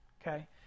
Okay